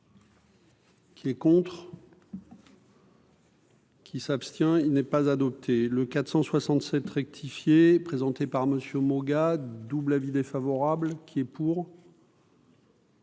Qui est contre. Qui s'abstient, il n'est pas adopté le 467 rectifié présenté par Monsieur Moga double avis défavorable qui est pour.